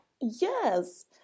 Yes